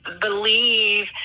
believe